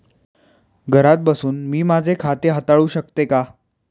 घरात बसून मी माझे खाते हाताळू शकते का?